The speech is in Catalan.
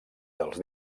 dels